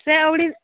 ᱥᱮ ᱟᱹᱣᱲᱤ